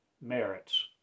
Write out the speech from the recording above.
merits